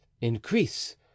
increase